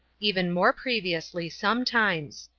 even more previously, sometimes.